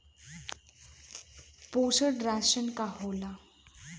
पोषण राशन का होला?